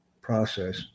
process